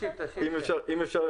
אם אפשר,